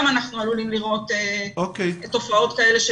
גם אנחנו עלולים לראות תופעות כאלה של